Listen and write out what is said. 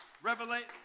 Revelation